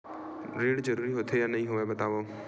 ऋण जरूरी होथे या नहीं होवाए बतावव?